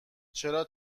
چرا